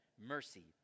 mercy